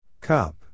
Cup